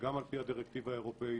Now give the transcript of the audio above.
שגם על-פי הדירקטיבה האירופאית,